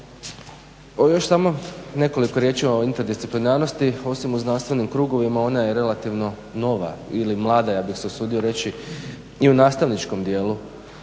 Još samo nekoliko riječi o interdisciplinarnosti. Osim u znanstvenim krugovima ona je relativno nova ili mlada, ja bih se usudio reći i u nastavničkom dijelu